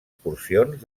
porcions